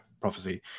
prophecy